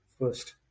first